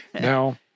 Now